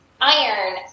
iron